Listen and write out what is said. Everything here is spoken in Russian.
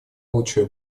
лучшее